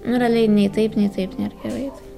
nu realiai nei taip nei taip nėr gerai tai